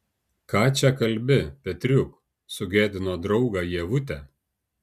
ką čia kalbi petriuk sugėdino draugą ievutė